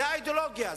זו האידיאולוגיה.